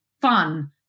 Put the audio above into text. fun